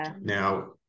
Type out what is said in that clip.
Now